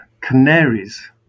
canaries